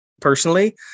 Personally